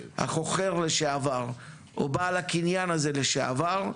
החוכר לשעבר או בעל הקניין הזה לשעבר,